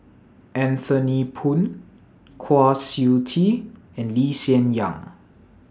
Anthony Poon Kwa Siew Tee and Lee Hsien Yang